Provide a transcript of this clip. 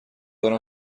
دارم